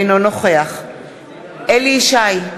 אינו נוכח אליהו ישי,